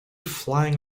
flying